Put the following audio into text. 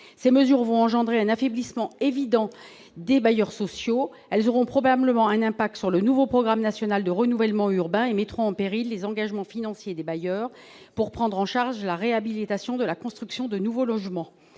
Ces mesures vont engendrer un affaiblissement évident des bailleurs sociaux ; elles auront probablement un impact sur le nouveau programme national de renouvellement urbain et mettront en péril les engagements financiers des bailleurs pour prendre en charge la réhabilitation et la construction de nouveaux logements.